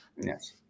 Yes